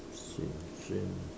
swim swim